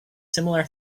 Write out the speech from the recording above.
similar